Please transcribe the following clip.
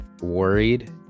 worried